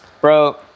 Bro